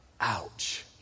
Ouch